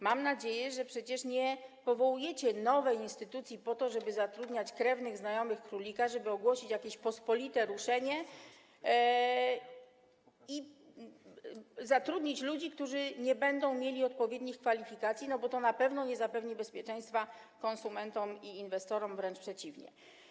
Mam nadzieję, że przecież nie powołujecie nowej instytucji po to, żeby zatrudniać krewnych, znajomych królika, żeby ogłosić jakieś pospolite ruszenie i zatrudnić ludzi, którzy nie będą mieli odpowiednich kwalifikacji, bo to na pewno nie zapewni bezpieczeństwa konsumentom ani inwestorom, wręcz przeciwnie.